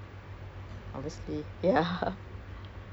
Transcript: at my area boon lay there you know so